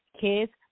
kids